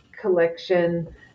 collection